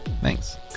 thanks